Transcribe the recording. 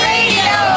Radio